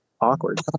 Awkward